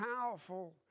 powerful